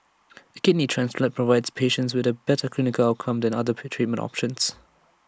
A kidney transplant provides patients with A better clinical outcome than other treatment options